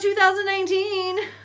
2019